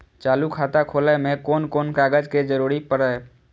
चालु खाता खोलय में कोन कोन कागज के जरूरी परैय?